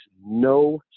no